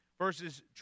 verses